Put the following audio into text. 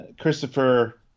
Christopher